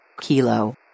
Kilo